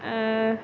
अँ